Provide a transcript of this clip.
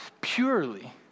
purely